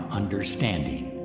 understanding